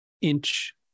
inch